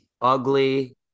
ugly